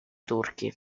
turchi